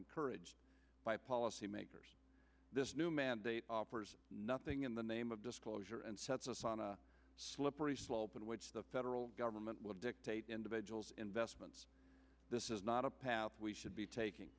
encouraged by policy makers this new mandate offers nothing in the name of disclosure and sets us on a slippery slope in which the federal government will dictate individual's investments this is not a path we should be taking